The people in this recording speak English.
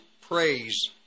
praise